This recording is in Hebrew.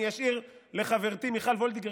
אני אשאיר לחברתי מיכל וולדיגר,